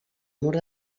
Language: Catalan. mur